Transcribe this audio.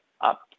up